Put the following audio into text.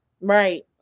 Right